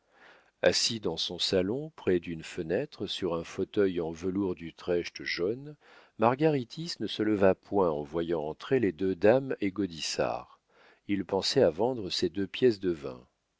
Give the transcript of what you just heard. assis dans son salon près d'une fenêtre sur un fauteuil en velours d'utrecht jaune margaritis ne se leva point en voyant entrer les deux dames et gaudissart il pensait à vendre ses deux pièces de vin